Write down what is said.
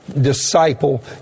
disciple